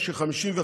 ראשית,